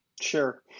Sure